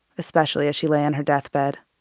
especially as she lay on her deathbed